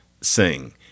sing